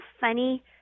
funny